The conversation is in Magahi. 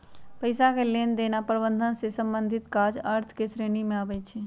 पइसा के लेनदेन आऽ प्रबंधन से संबंधित काज अर्थ के श्रेणी में आबइ छै